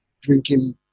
drinking